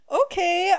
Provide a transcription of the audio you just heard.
okay